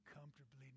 comfortably